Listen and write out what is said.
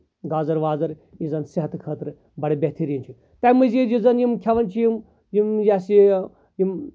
گازٕر وازٕر یُس زَن صحتہٕ خٲطرٕ بَڑٕ بہتٔریٖن چھُ تَمہِ مٔزیٖد یُس زَن یم کھٮ۪وان چھِ یِم یہِ ہسا یہِ یِم